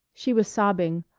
she was sobbing,